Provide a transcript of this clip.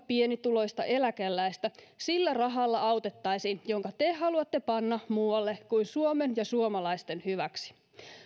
pienituloista eläkeläistä autettaisiin sillä rahalla jonka te haluatte panna muualle kuin suomen ja suomalaisten hyväksi